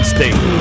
State